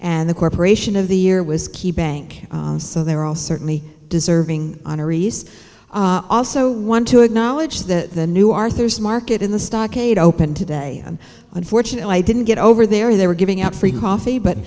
and the corporation of the year was key bank so they're all certainly deserving honorees i also want to acknowledge that the new arthurs market in the stockade opened today and unfortunately i didn't get over there they were giving out free coffee but